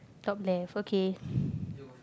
top left okay